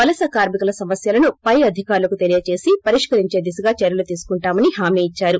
వలస కార్మికుల సమస్యలను పై అధికారులకు తెలియజేసి పరిష్కరించే దిశగా చర్యలు తీసుకుంటామని హామీ ఇచ్చారు